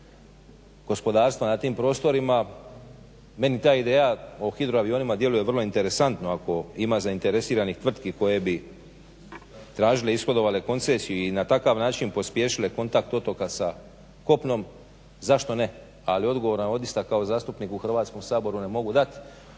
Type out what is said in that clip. gospodarstva na tim prostorima meni ta ideja o hidroavionima djeluje vrlo interesantno, ako ima zainteresiranih tvrtki koje bi tražile i ishodovale koncesiju i na takav način pospješile kontakt otoka sa kopnom zašto ne, ali odgovor vam odista kao zastupnik u Hrvatskom saboru ne mogu dati.